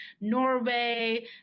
Norway